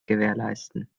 gewährleisten